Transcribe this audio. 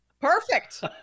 perfect